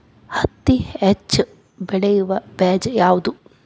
ಹತ್ತಿ ಹೆಚ್ಚ ಬೆಳೆಯುವ ಬೇಜ ಯಾವುದು?